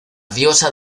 diosa